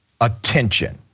attention